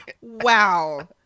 Wow